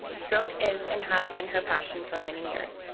stroke is, and has been, her passion for many years.